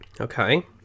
Okay